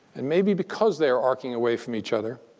and maybe because they are arcing away from each other,